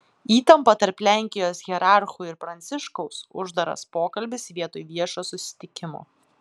įtampa tarp lenkijos hierarchų ir pranciškaus uždaras pokalbis vietoj viešo susitikimo